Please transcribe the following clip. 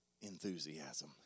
enthusiasm